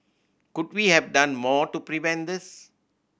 could we have done more to prevent this